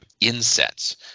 insets